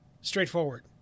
straightforward